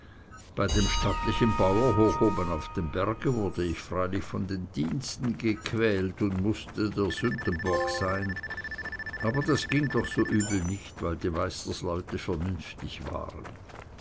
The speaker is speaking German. bei dem stattlichen bauer hoch oben auf dem berge wurde ich freilich von den diensten gequält und mußte der sündenbock sein aber das ging doch so übel nicht weil die meisterleute vernünftig waren